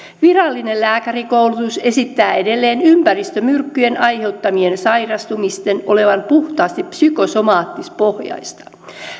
virallinen lääkärikoulutus esittää edelleen ympäristömyrkkyjen aiheuttamien sairastumisten olevan puhtaasti psykosomaattispohjaista